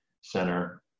center